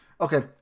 Okay